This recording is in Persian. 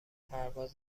پرواز